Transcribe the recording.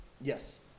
Yes